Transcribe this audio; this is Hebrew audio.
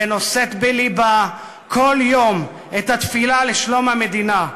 ונושאת בלבה כל יום את התפילה לשלום המדינה.